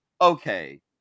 okay